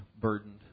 burdened